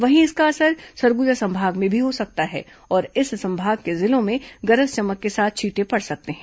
वहीं इसका असर सरगुजा संभाग में भी हो सकता है और इस संभाग के जिलों में गरज चमक के साथ छीटें पड़ सकते हैं